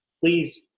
Please